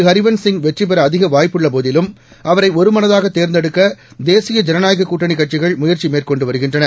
ஹரிவன்ஸ் சிங் வெற்றி பெற அதிக வாய்ப்புள்ளபோதிலும் அவரை ஒருமனதாக தேர்ந்தெடுக்க தேசிய ஜனநாயக கூட்டணிக் கட்சிகள் முயற்சி மேற்கொண்டு வருகின்றன